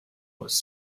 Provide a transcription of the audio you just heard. was